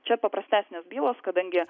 čia paprastesnės bylos kadangi